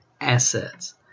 assets